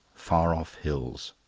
far-off hills.